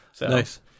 Nice